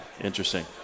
Interesting